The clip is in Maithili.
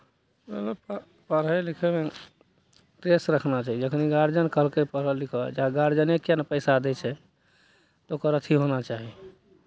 पढ़य लिखयमे प्रेस रखना चाही जखन गार्जियन कहलकै पढ़ह लिखह चाहे गार्जियने किएक ने पैसा दै छै तऽ ओकर अथी होना चाही